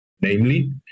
namely